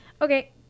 okay